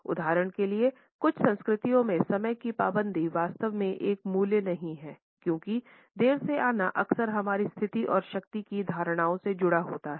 उदाहरण के लिए कुछ संस्कृतियों में समय की पाबंदी वास्तव में एक मूल्य नहीं है क्योंकि देर से आना अक्सर हमारी स्थिति और शक्ति की धारणाओं से जुड़ा होता है